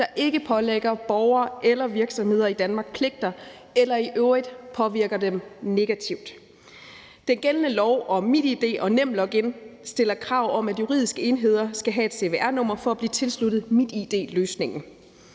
der ikke pålægger borgere eller virksomheder i Danmark pligter eller i øvrigt påvirker dem negativt. Den gældende lov om MitID og NemLog-in stiller krav om, at juridiske enheder skal have et cvr-nummer for at blive tilsluttet MitID-løsningen.